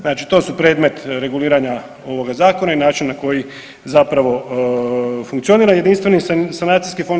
Znači, to su predmet reguliranja ovoga Zakona i način na koji zapravo funkcionira Jedinstveni sanacijski fond.